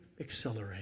accelerate